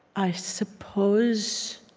i suppose